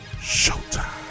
showtime